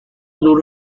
دور